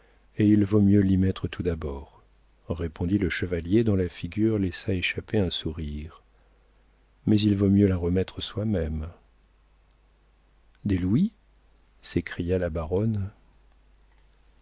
et il vaut mieux l'y mettre tout d'abord répondit le chevalier dont la figure laissa échapper un sourire mais il vaut mieux la remettre soi-même des louis s'écria la baronne